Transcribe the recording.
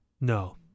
No